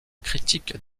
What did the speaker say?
critique